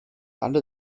alle